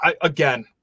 again